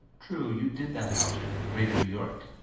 true. you did that, haljan, in greater new york.